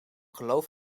geloof